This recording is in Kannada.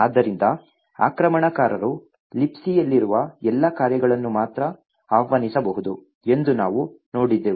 ಆದ್ದರಿಂದ ಆಕ್ರಮಣಕಾರರು Libcಯಲ್ಲಿರುವ ಎಲ್ಲಾ ಕಾರ್ಯಗಳನ್ನು ಮಾತ್ರ ಆಹ್ವಾನಿಸಬಹುದು ಎಂದು ನಾವು ನೋಡಿದ್ದೇವೆ